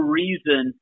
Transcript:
reason